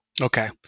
Okay